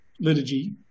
liturgy